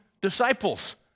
disciples